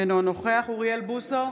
אינו נוכח אוריאל בוסו,